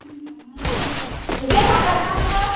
गाइखेर फानग्राना नोङो